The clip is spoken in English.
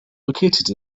located